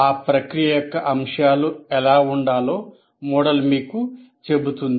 ఆ ప్రక్రియ యొక్క అంశాలు ఎలా ఉండాలో మోడల్ మీకు చెబుతుంది